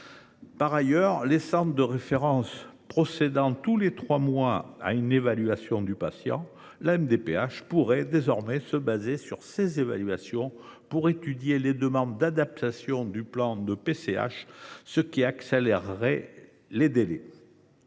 Par ailleurs, les centres de référence procédant tous les trois mois à une évaluation du patient, la MDPH pourrait désormais s’appuyer sur ces évaluations pour étudier les demandes d’adaptations du plan de la PCH, ce qui permettrait de réduire